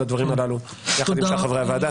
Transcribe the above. הדברים הללו יחד עם שאר חברי הוועדה.